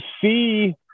see